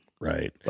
Right